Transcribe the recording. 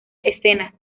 escena